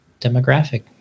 demographic